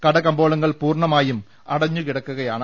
കടകമ്പോളങ്ങൾ പൂർണമായും അട ഞ്ഞുകിടക്കുകയാണ്